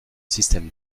système